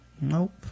nope